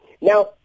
Now